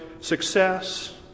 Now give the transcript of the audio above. success